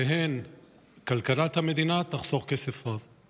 וגם כלכלת המדינה תחסוך כסף רב.